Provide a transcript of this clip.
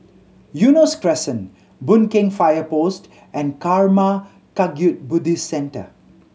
Eunos Crescent Boon Keng Fire Post and Karma Kagyud Buddhist Centre